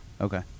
Okay